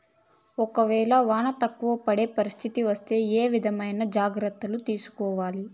ఒక వేళ వాన తక్కువ పడే పరిస్థితి వస్తే ఏ విధమైన జాగ్రత్తలు తీసుకోవాలి?